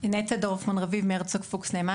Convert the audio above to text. נטע דורפמן-רביב מהרצוג פוקס נאמן,